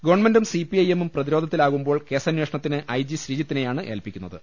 ഗവൺമെന്റും സിപിഐഎമ്മും പ്രതിരോധത്തിലാകുമ്പോൾ കേസന്വേഷണത്തിന് ഐ ജി ശ്രീജിത്തിനെയാണ് ഏൽപ്പിക്കു ന്നത്